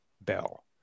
bell